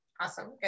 Awesome